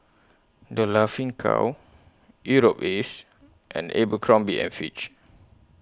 The Laughing Cow Europace and Abercrombie and Fitch